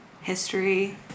history